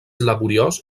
laboriós